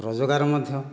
ରୋଜଗାର ମଧ୍ୟ